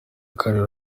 karera